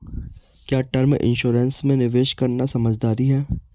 क्या term insurance में निवेश करना समझदारी है?